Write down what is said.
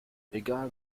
egal